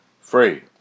Free